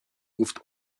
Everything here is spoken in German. ruft